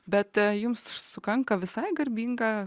bet jums sukanka visai garbinga